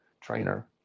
trainer